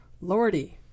Lordy